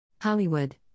Hollywood